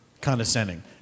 condescending